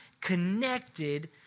connected